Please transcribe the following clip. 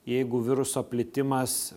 jeigu viruso plitimas